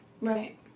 Right